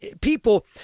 People